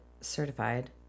certified